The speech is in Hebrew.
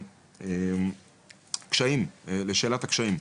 לשאלת הקשיים: